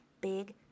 big